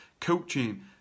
coaching